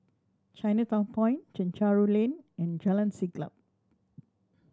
Chinatown Point Chencharu Lane and Jalan Siap